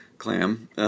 clam